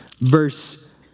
verse